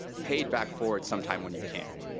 pay it back forward sometime when you can.